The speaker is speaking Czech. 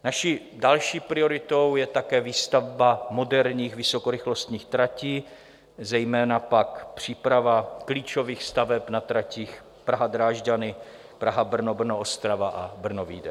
Naší další prioritou je také výstavba moderních vysokorychlostních tratí, zejména pak příprava klíčových staveb na tratích PrahaDrážďany, PrahaBrno, BrnoOstrava a BrnoVídeň.